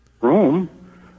Room